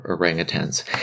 orangutans